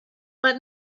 but